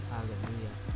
Hallelujah